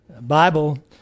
Bible